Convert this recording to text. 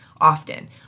often